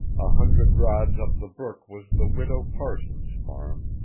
a hundred rods up the brook was the widow parsons's farm,